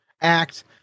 act